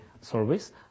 service